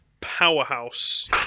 powerhouse